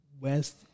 West